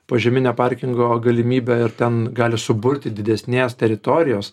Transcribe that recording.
požeminio parkingo galimybę ir ten gali suburti didesnės teritorijos